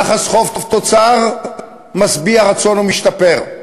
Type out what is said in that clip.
יחס חוב תוצר משביע רצון ומשתפר.